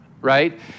right